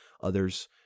Others